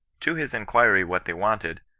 to his inquiry what they wanted,